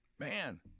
Man